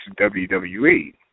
WWE